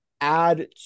add